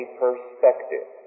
perspective